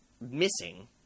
missing